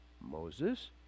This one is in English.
Moses